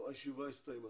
טוב, הישיבה הסתיימה.